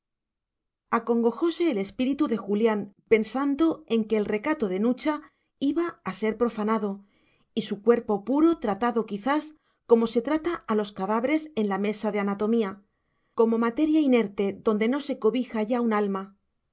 ciencia humana acongojóse el espíritu de julián pensando en que el recato de nucha iba a ser profanado y su cuerpo puro tratado quizás como se trata a los cadáveres en la mesa de anatomía como materia inerte donde no se cobija ya un alma